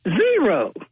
zero